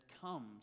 comes